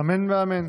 אמן ואמן.